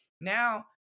now